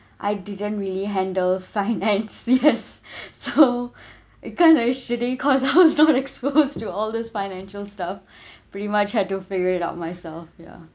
I didn't really handle finance yes so it can very shitty cause I was not exposed to all this financial stuff pretty much I do figure it out myself ya